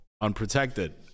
unprotected